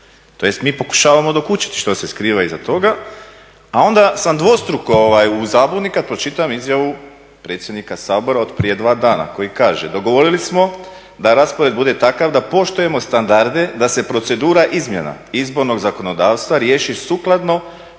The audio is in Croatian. tj. mi pokušavamo dokučiti što se skriva iza toga. A onda sam dvostruko u zabuni kad pročitam izjavu predsjednika Sabora od prije dva dana koji kaže dogovorili smo da raspored bude takav da poštujemo standarde da se procedura izmjena izbornog zakonodavstva riješi sukladno